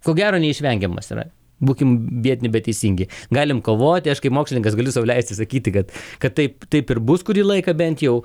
ko gero neišvengiamas yra būkime biedni bet teisingi galim kovoti aš kaip mokslininkas galiu sau leisti sakyti kad kad taip taip ir bus kurį laiką bent jau